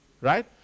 Right